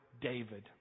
David